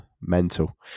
mental